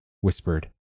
whispered